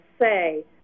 say